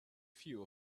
few